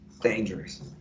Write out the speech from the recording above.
dangerous